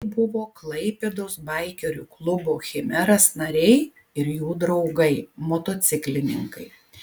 tai buvo klaipėdos baikerių klubo chimeras nariai ir jų draugai motociklininkai